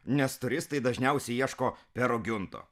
nes turistai dažniausiai ieško pero giunto